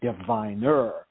diviner